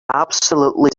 absolutely